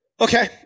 Okay